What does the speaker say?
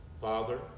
Father